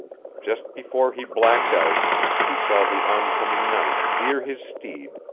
just before he blacked out he saw the oncoming knight veer his steed,